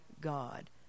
God